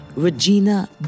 Regina